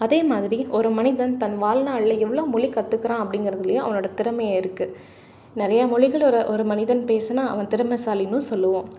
அதே மாதிரி ஒரு மனிதன் தன் வாழ்நாளில் எவ்வளோ மொழி கற்றுக்குறான் அப்படிங்கிறதுலையும் அவனோட திறமை இருக்குது நிறையா மொழிகள் ஒரு ஒரு மனிதன் பேசினா அவன் திறமைசாலின்னு சொல்லுவோம்